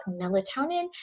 melatonin